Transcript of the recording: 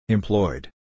Employed